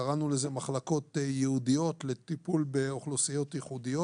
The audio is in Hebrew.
קראנו לזה: מחלקות ייעודיות לטיפול באוכלוסיות ייחודיות.